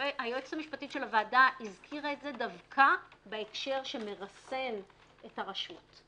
היועצת המשפטית של הוועדה הזכירה את זה דווקא בהקשר שמרסן את הרשות.